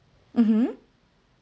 mmhmm